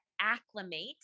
acclimate